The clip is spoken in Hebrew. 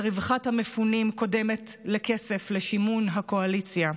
שרווחת המפונים קודמת לכסף לשימון הקואליציה,